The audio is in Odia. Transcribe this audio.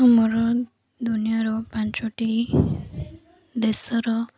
ଆମର ଦୁନିଆର ପାଞ୍ଚଟି ଦେଶର